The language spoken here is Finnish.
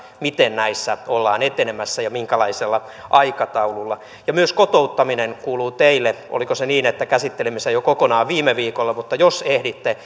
miten näissä ollaan etenemässä ja minkälaisella aikataululla myös kotouttaminen kuuluu teille oliko se niin että käsittelimme sen jo kokonaan viime viikolla mutta jos ehditte